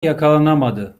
yakalanamadı